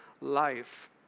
life